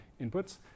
inputs